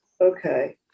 okay